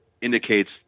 indicates